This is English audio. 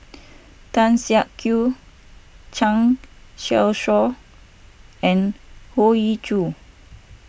Tan Siak Kew Zhang Youshuo and Hoey Choo